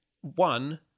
one